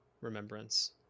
Remembrance